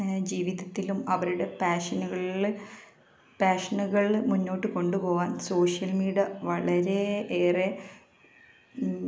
ജീവിതത്തിലും അവരുടെ പാഷനുകളിൽ പാഷനുകൾ മുന്നോട്ടുകൊണ്ടുപോവാൻ സോഷ്യൽ മീഡിയ വളരെയേറെ